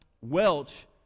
Welch